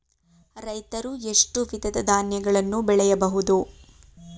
ರೈತರು ಎಷ್ಟು ವಿಧದ ಧಾನ್ಯಗಳನ್ನು ಬೆಳೆಯಬಹುದು?